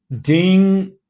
ding